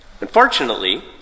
Unfortunately